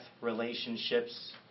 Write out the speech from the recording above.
relationships